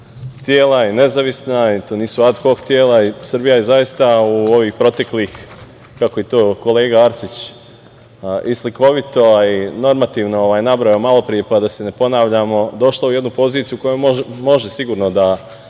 tela, nezavisna i to nisu ad hok tela. Srbija je zaista u ovih proteklih, kako je to kolega Arsić i slikovito i normativno nabrojao malopre, pa da se ne ponavljamo, došla u jednu poziciju koja može sigurno da